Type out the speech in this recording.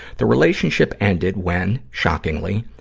the relationship ended when, shockingly,